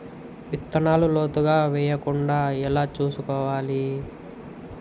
విత్తనాలు లోతుగా వెయ్యకుండా ఎలా చూసుకోవాలి?